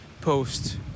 post